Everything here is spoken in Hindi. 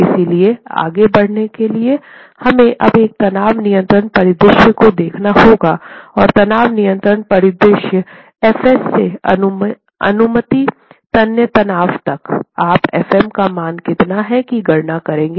इसलिए आगे बढ़ने के लिए हमें अब एक तनाव नियंत्रित परिदृश्य को देखना होगा और तनाव नियंत्रण परिदृश्य Fs से अनुमति तन्य तनाव तक आप f m का मान कितना है की गणना करेंगे